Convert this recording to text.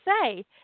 say